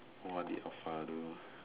what did alpha do